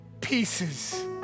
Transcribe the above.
pieces